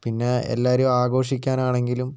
പിന്നെ എല്ലാവരും ആഘോഷിക്കാനാണെങ്കിലും